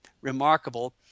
remarkable